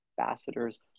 ambassadors